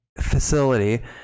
facility